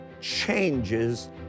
changes